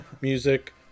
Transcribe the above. music